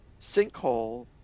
sinkhole